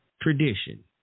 tradition